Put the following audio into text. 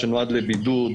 שבוע טוב,